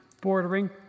bordering